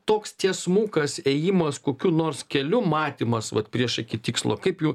toks tiesmukas ėjimas kokiu nors keliu matymas vat priešaky tikslo kaip jų